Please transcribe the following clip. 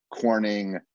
Corning